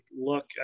look